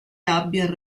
abbia